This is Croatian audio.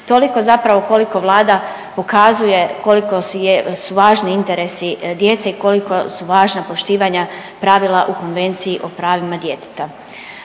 Toliko zapravo koliko Vlada pokazuje koliko su važni interesi djece i koliko su važna poštivanja pravila u Konvenciji o pravima djeteta.